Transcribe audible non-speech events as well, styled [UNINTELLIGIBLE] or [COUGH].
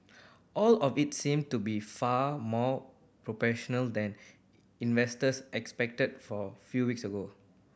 all of it seem to be far more [UNINTELLIGIBLE] than investors expected for few weeks ago